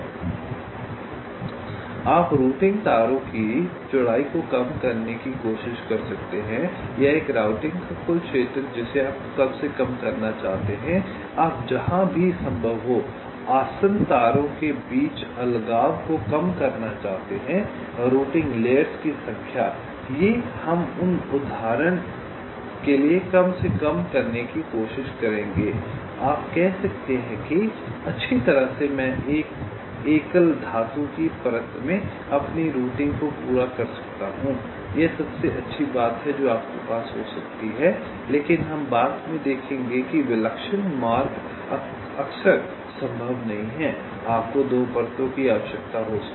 इसलिए आप रूटिंग तारों की चौड़ाई को कम करने की कोशिश कर सकते हैं या एक राउटिंग का कुल क्षेत्र जिसे आप कम से कम करना चाहते हैं आप जहां भी संभव हो आसन्न तारों के बीच अलगाव को कम करना चाहते हैं रूटिंग लेयर्स की संख्या ये हम उदाहरण के लिए कम से कम करने की कोशिश करेंगे आप कह सकते हैं कि अच्छी तरह से मैं एक एकल धातु की परत में अपनी रूटिंग को पूरा कर सकता हूं यह सबसे अच्छी बात है जो आपके पास हो सकती है लेकिन हम बाद में देखेंगे कि विलक्षण मार्ग अक्सर संभव नहीं है आपको 2 परतों की आवश्यकता हो सकती है